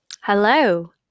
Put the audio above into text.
Hello